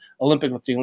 olympic